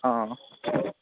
অঁ